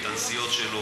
את הנסיעות שלו,